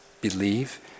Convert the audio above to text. believe